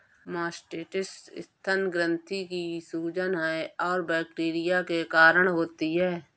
mastitis स्तन ग्रंथि की सूजन है और बैक्टीरिया के कारण होती है